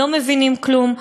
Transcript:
לא מבינים כלום,